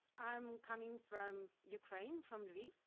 i'm coming from ukraine from lviv.